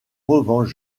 revanche